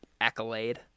accolade